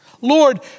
Lord